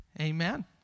Amen